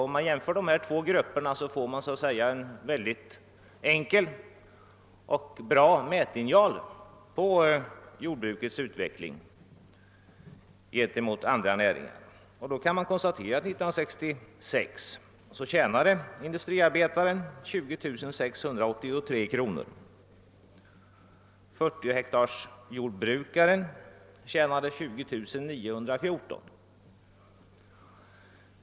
Om man jämför dessa två grupper får man en rätt enkel och bra mätlinjal när det gäller jordbrukets utveckling i förhållande till andra näringar. Man kan då konstatera att industriarbetaren 1966 tjänade 20683 kr. och 40-hektarsjordbrukaren 20914 kr.